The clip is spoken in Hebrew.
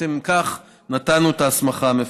ובעצם לכך נתנו את ההסמכה המפורשת.